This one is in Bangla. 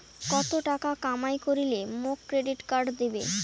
কত টাকা কামাই করিলে মোক ক্রেডিট কার্ড দিবে?